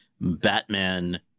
batman